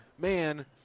Man